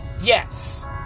Yes